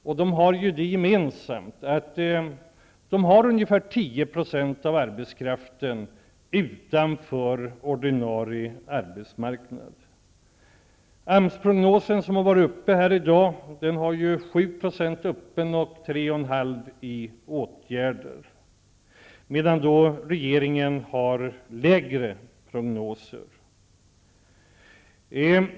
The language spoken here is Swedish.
Alla har de det gemensamt att de visar att ungefär 10 % av arbetskraften står utanför ordinarie arbetsmarknad. Enligt AMS-prognosen, som tagits upp här i dag, är 7,5 % öppet arbetslösa och 3,5 % föremål för åtgärder, medan regeringen har lägre siffror i sina prognoser.